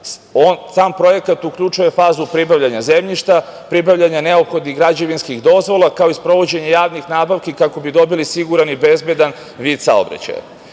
Sam projekat uključuje fazu pribavljana zemljišta, pribavljanja neophodnih građevinskih dozvola, kao i sprovođenje javnih nabavki kako bi dobili siguran i bezbedan vid saobraćaja. Najvažnije